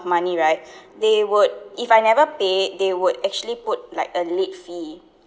money right they would if I never pay they would actually put like a late fee